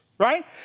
right